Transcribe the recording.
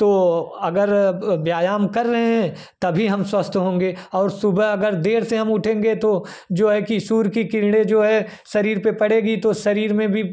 तो अगर व्यायाम कर रहे हैं तभी हम स्वस्थ होंगे और सुबह अगर देर से हम उठेंगे तो जो है कि सूर्य कि किरणें जो हैं शरीर पे पड़ेगी तो शरीर में भी